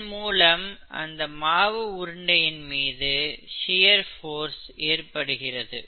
இதன் மூலம் அந்த மாவு உருண்டையின் மீது ஷியர் போர்ஸ் ஏற்படுகிறது